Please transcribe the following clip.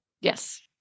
Yes